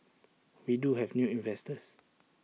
we do have new investors